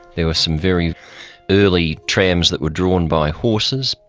there were some very early trams that were drawn by horses,